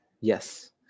Yes